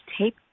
tape